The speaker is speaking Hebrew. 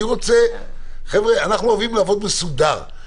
אני אוהבים לעבוד מסודר,